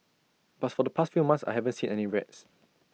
but for the past few months I haven't seen any rats